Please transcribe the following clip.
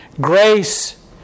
grace